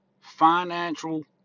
financial